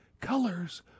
colors